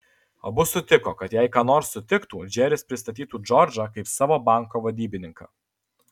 abu sutiko kad jei ką nors sutiktų džeris pristatytų džordžą kaip savo banko vadybininką